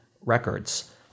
records